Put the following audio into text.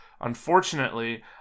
Unfortunately